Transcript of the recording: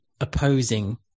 opposing